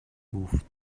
گفت